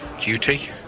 duty